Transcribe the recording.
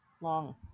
long